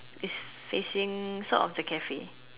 it's facing sort of the Cafe